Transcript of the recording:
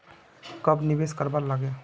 कब निवेश करवार लागे?